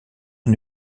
une